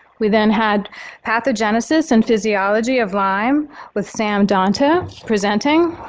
we then had pathogenesis and physiology of lyme with sam donta presenting.